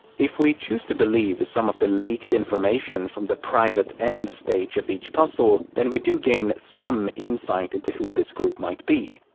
if we choose to believe some of the leaked information from the private end-stage of each puzzle than we do gain some insight into who this group might be.